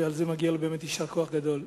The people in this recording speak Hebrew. ועל זה מגיע לו באמת יישר-כוח גדול.